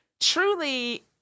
truly